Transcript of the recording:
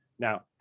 Now